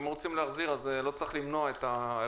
אם אתם רוצים להחזיר, אז לא צריך למנוע את החזר.